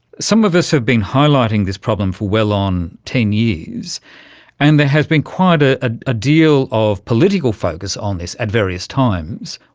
some of us have been highlighting this problem for well on ten years and there has been quite a ah ah deal of political focus on this at various times.